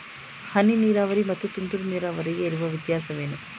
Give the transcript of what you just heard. ಹನಿ ನೀರಾವರಿ ಮತ್ತು ತುಂತುರು ನೀರಾವರಿಗೆ ಇರುವ ವ್ಯತ್ಯಾಸವೇನು?